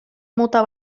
mota